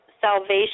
salvation